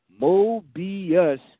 Mobius